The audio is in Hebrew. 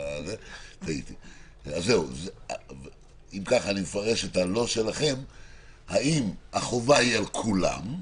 אם כך, האם החובה היא על כולם,